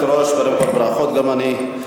גברתי היושבת-ראש, קודם כול ברכות, גם אני.